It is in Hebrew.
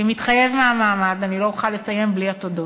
כמתחייב מהמעמד, אני לא אוכל לסיים בלי התודות.